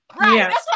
Right